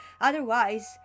otherwise